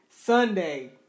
Sunday